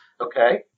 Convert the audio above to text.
Okay